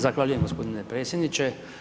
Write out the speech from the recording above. Zahvaljujem gospodine predsjedniče.